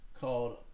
called